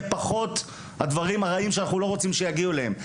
פחות הדברים הרעים שאנחנו לא רוצים שיגיעו אליהם,